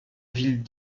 ville